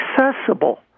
accessible